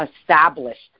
established